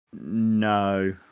No